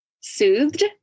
soothed